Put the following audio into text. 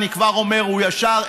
אני כבר אומר: הוא ישר,